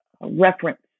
reference